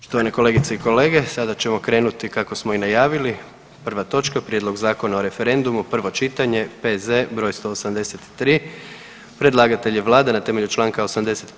Poštovane kolegice i kolege sada ćemo krenuti kako smo i najavili, prva točka - Prijedlog Zakona o referendumu, prvo čitanje, P.Z. broj 183 Predlagatelj je Vlada na temelju Članka 85.